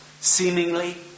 seemingly